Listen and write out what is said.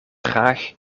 graag